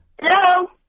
Hello